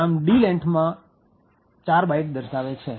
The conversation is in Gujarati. આમ તે d lengthમાં ૪ બાઈટ દર્શાવે છે